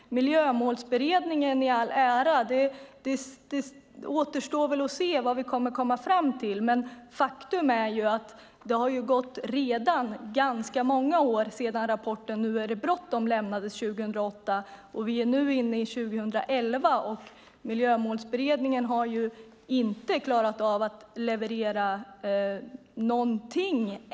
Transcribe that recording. Miljömålsberedningen i all ära, men det återstår att se vad vi kommer fram till. Faktum är att det redan gått ganska många år sedan rapporten Nu är det bråttom lämnades. Det skedde 2008, och vi är nu inne i 2011. Miljömålsberedningen har ännu inte riktigt klarat av att leverera någonting.